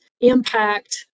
impact